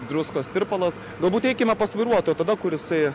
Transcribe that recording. druskos tirpalas galbūt eikime pas vairuotoją tada kur jisai